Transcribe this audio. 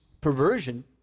perversion